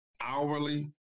hourly